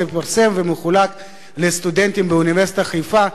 זה פורסם וחולק לסטודנטים באוניברסיטת חיפה.